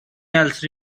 else